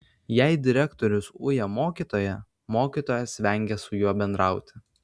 jei direktorius uja mokytoją mokytojas vengia su juo bendrauti